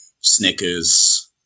Snickers